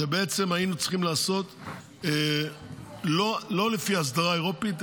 ובעצם היינו צריכים לעשות לא לפי האסדרה האירופית,